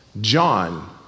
John